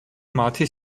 მათი